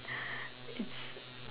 its